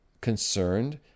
concerned